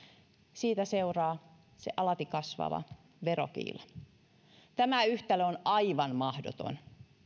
siitä seuraa se alati kasvava verokiila tämä yhtälö on aivan mahdoton